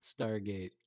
Stargate